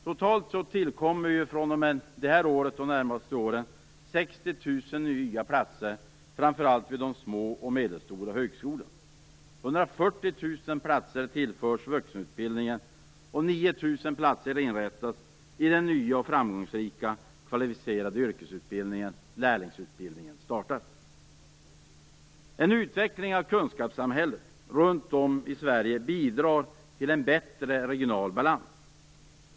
Totalt tillkommer fr.o.m. detta år och under de närmaste åren 60 000 nya platser framför allt vid de små och medelstora högskolorna. En utveckling av kunskapssamhället runt om i Sverige bidrar till en bättre regional balans.